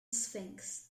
sphinx